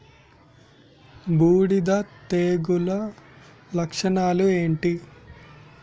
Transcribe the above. బూడిద తెగుల లక్షణాలు ఏంటి?